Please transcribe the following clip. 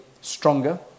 stronger